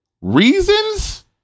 reasons